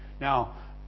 Now